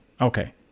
Okay